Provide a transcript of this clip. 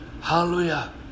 Hallelujah